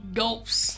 gulps